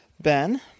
Ben